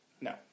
No